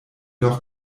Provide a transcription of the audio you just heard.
doch